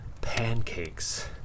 pancakes